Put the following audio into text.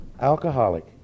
alcoholic